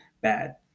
bad